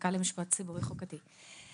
המחלקה למשפט ציבורי-חוקתי במשרד המשפטים.